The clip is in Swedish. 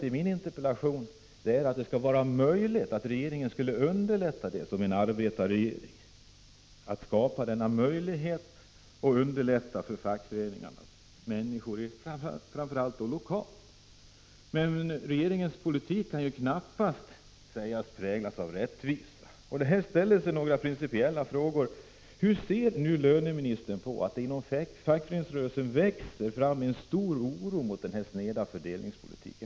I min interpellation har jag framfört krav på att regeringen som en arbetarregering skulle möjliggöra en sådan utveckling och underlätta detta arbete för fackföreningarnas medlemmar, framför allt lokalt. Regeringens politik kan knappast sägas präglas av rättvisa. Här inställer sig några principiella frågor: Hur ser löneministern på att det inom fackföreningsrörelsen växer fram en stor oro över denna sneda fördelningspolitik?